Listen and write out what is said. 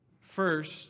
First